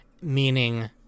meaning